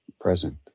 present